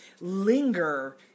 linger